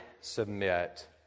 submit